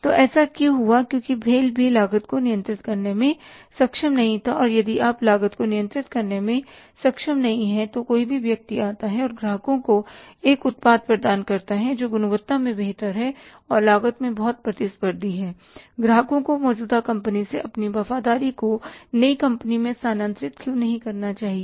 तो ऐसा क्यों हुआ क्योंकि भेल BHEL भी लागत को नियंत्रित करने में सक्षम नहीं था और यदि आप लागत को नियंत्रित करने में सक्षम नहीं हैं और कोई और व्यक्ति आता है और ग्राहकों को एक उत्पाद प्रदान करता है जो गुणवत्ता में बेहतर है और लागत में बहुत प्रतिस्पर्धी है ग्राहक को मौजूदा कंपनी से अपनी वफ़ादारी को नई कंपनी में स्थानांतरित क्यों नहीं करना चाहिए